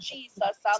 Jesus